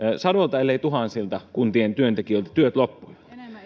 sadoilta ellei tuhansilta kuntien työntekijöitä työt loppuivat